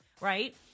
right